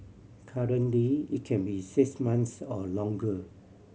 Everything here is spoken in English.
currently it can be six months or longer